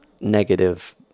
negative